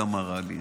כמה רע לי.